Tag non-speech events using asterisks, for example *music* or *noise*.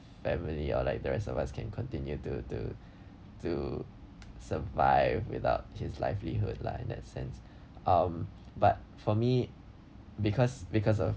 family or like the rest of us can continue to to to *noise* survive without his livelihood lah in that sense um but for me because because of